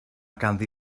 ganddi